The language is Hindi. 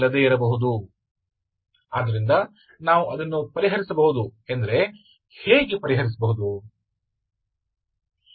तो हम इसे हल कर सकते हैं वास्तव में हम इसे हल कर सकते हैं हम इसे कैसे हल करते हैं